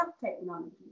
technology